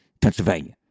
Pennsylvania